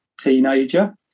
teenager